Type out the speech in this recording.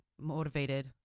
motivated